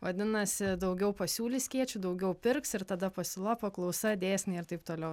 vadinasi daugiau pasiūlys skėčių daugiau pirks ir tada pasiūla paklausa dėsniai ir taip toliau